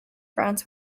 france